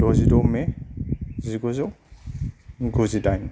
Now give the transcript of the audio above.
जिद' मे जिगुजौ गुजिदाइन